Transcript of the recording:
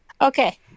okay